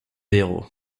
héros